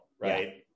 right